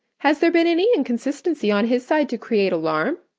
has there been any inconsistency on his side to create alarm?